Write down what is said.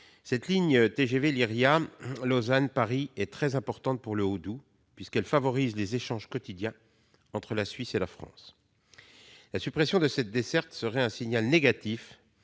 Cette ligne TGV Lyria Lausanne-Paris est très importante pour le Haut-Doubs, puisqu'elle favorise les échanges quotidiens entre la Suisse et la France. La suppression de cette desserte serait un signal négatif